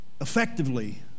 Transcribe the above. effectively